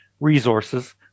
resources